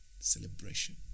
Celebration